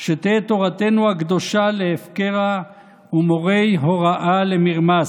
שתהא תורתנו הקדושה להפקירא ומורי הוראה למרמס,